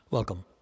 Welcome